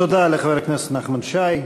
תודה לחבר הכנסת נחמן שי.